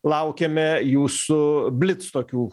laukiame jūsų blic tokių